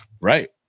Right